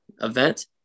event